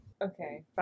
Okay